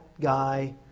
guy